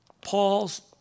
Paul's